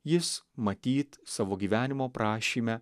jis matyt savo gyvenimo prašyme